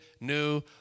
new